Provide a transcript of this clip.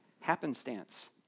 happenstance